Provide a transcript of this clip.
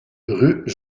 rue